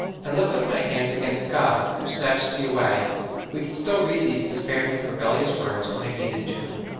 i lift up my hands against god, who snatched me away we can still read these despairing, rebellious words on a heathen tomb.